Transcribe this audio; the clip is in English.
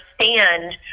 understand